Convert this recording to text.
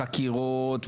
שלצערי נקרא חוק בן גביר,